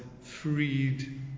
freed